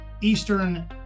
Eastern